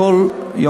העיתון.